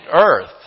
Earth